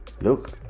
look